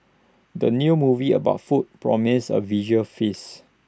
the new movie about food promises A visual feast